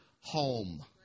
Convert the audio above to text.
home